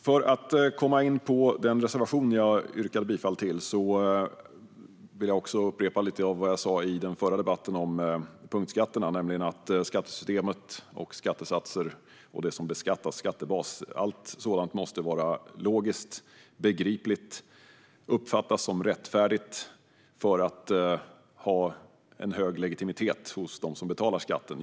För att komma in på den reservation som jag yrkade bifall till vill jag också upprepa lite av vad jag sa i den förra debatten om punktskatterna, nämligen att skattesystemet, skattesatser och det som beskattas, alltså skattebas, måste vara logiskt, begripligt och uppfattas som rättfärdigt för att ha en hög legitimitet hos dem som betalar skatten.